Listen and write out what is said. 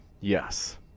yes